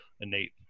innate